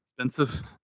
expensive